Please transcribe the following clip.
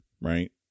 right